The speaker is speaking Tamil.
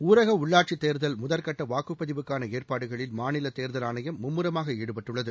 ஊரக உள்ளாட்சித் தேர்தல் முதற்கட்ட வாக்குப்பதிவுக்கான ஏற்பாடுகளில் மாநில தேர்தல் ஆணையம் மும்முரமாக ஈடுபட்டுள்ளது